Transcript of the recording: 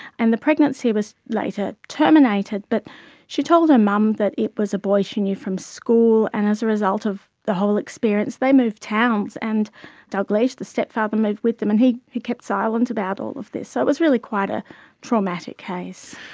and the pregnancy was later terminated, but she told her mum that it was a boy she knew from school, and as a result of the whole experience they moved towns. and dalgliesh, the stepfather, moved with them, and he kept silent about all of this. so it was really quite a traumatic case.